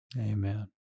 Amen